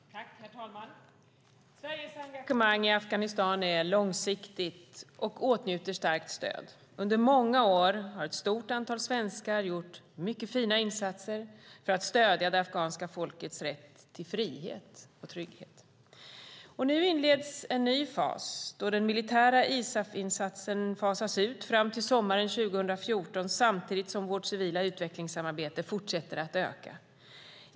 Herr talman! Sveriges engagemang i Afghanistan är långsiktigt och åtnjuter starkt stöd. Under många år har ett stort antal svenskar gjort mycket fina insatser för att stödja det afghanska folkets rätt till frihet och trygghet. Nu inleds en ny fas då den militära ISAF-insatsen fasas ut fram till sommaren 2014, samtidigt som vårt civila utvecklingssamarbete fortsätter att öka.